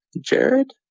Jared